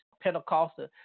Pentecostal